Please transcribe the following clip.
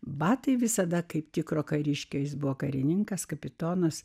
batai visada kaip tikro kariškio jis buvo karininkas kapitonas